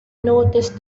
noticed